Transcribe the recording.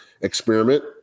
experiment